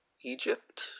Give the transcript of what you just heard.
Egypt